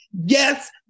Yes